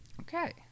Okay